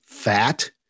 Fat